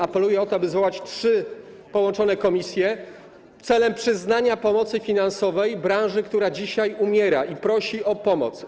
Apeluję o to, aby zwołać trzy połączone komisje w celu przyznania pomocy finansowej branży, która dzisiaj umiera i prosi o pomoc.